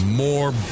more